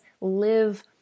live